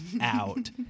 out